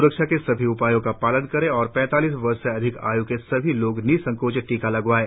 स्रक्षा के सभी उपायों का पालन करें और पैतालीस वर्ष से अधिक आय् के सभी लोग निसंकोच टीका लगवाएं